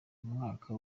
umwaka